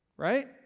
Right